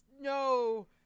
no